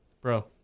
Bro